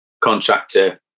contractor